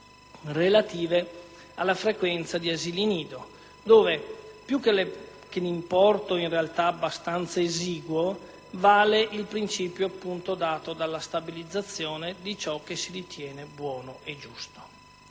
relative alla frequenza di asili nido, dove più che l'importo, in realtà abbastanza esiguo, vale il principio dato dalla stabilizzazione di ciò che si ritiene buono e giusto.